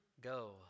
go